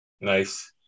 Nice